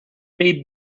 pell